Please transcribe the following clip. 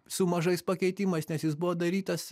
su mažais pakeitimais nes jis buvo darytas